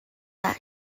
that